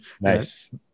Nice